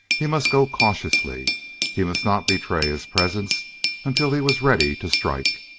he must go cautiously he must not betray his presence until he was ready to strike.